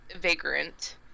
vagrant